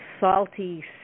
salty